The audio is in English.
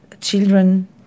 children